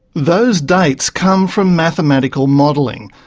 those dates come from mathematical modelling,